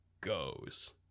goes